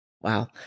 Wow